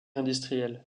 industrielle